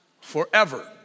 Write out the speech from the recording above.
forever